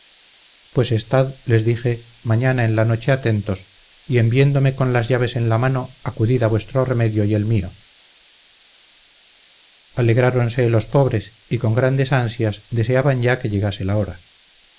pues estad les dije mañana en la noche atentos y en viéndome con las llaves en la mano acudid a vuestro remedio y el mío alegráronse los pobres y con grandes ansias deseaban ya que llegase la hora